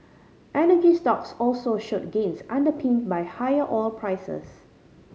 energy stocks also showed gains underpinned by higher oil prices